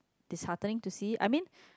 disheartening to see it I mean